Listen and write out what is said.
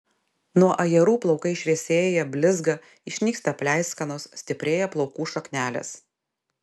nuo ajerų plaukai šviesėja blizga išnyksta pleiskanos stiprėja plaukų šaknelės